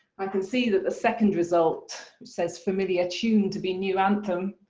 i can see that the second result says familiar tune to be new anthem.